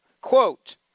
Quote